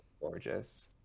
gorgeous